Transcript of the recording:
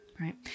right